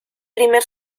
primer